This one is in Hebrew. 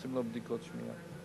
עושים לו בדיקות שמיעה.